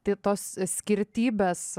tai tos skirtybės